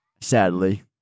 Sadly